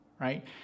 right